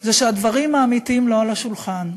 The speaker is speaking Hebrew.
זה שהדברים האמיתיים לא על השולחן.